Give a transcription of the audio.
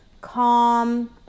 calm